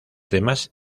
demás